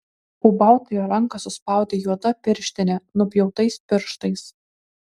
ūbautojo ranką suspaudė juoda pirštinė nupjautais pirštais